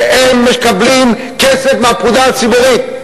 כי הם מקבלים כסף מהקופה הציבורית.